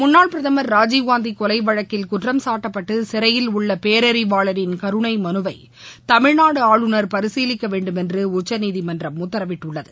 முள்ளாள் பிரதம் ராஜீவ்காந்தி கொலை வழக்கில் குற்றம்சாட்டப்பட்டு சிறையில் உள்ள பேரறிவாளனின் கருணை மனுவை தமிழ்நாடு ஆளுநர் பரிசீலிக்க வேண்டுமென்று உச்சநீதிமன்றம் உத்தரவிட்டுள்ளது